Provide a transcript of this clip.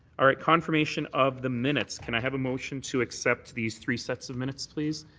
all right. confirmation of the minutes. can i have a motion to accept these three sets of minutes, please?